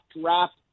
draft